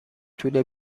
طول